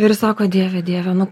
ir sako dieve dieve nu